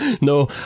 no